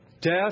Death